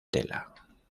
tela